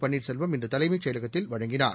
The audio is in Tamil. பன்னீர்செல்வம் இன்று தலைமைச் செயலகத்தில் வழங்கினார்